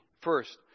First